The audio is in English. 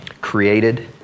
created